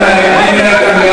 הם לא מנהלים, אני מנהל את המליאה.